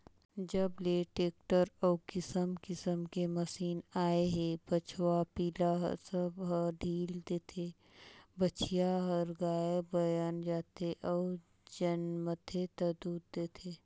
जब ले टेक्टर अउ किसम किसम के मसीन आए हे बछवा पिला ल सब ह ढ़ील देथे, बछिया हर गाय बयन जाथे अउ जनमथे ता दूद देथे